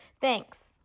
thanks